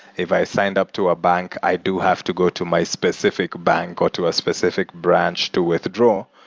if i signed up to a bank, i do have to go to my specific bank, or to a specific branch to withdraw.